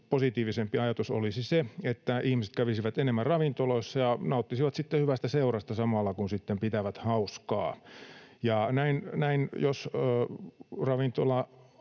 positiivisempi ajatus olisi se, että ihmiset kävisivät enemmän ravintoloissa ja nauttisivat sitten hyvästä seurasta samalla kun pitävät hauskaa. Ja jos